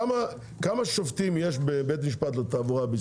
כמה שופטים יש בבית משפט לתעבורה?